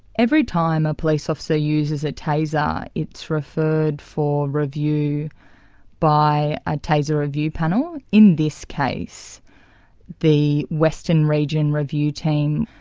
every time a police officer uses a taser it's referred for review by a taser review panel. in this case the western region review team,